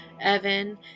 Evan